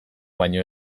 baino